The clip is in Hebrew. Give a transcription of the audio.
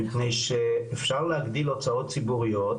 מפני שאפשר להגדיל הוצאות ציבוריות,